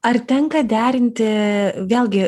ar tenka derinti vėlgi